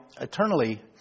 eternally